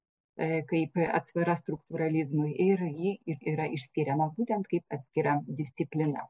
kaip atsvara struktūralizmui ir ji ir yra išskiriama būtent kaip atskira disciplina